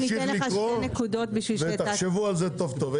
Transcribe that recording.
בינתיים נמשיך לקרוא ותחשבו על זה טוב טוב.